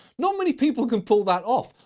not many people can pull that off.